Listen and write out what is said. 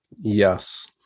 yes